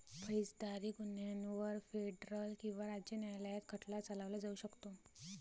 फौजदारी गुन्ह्यांवर फेडरल किंवा राज्य न्यायालयात खटला चालवला जाऊ शकतो